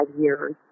years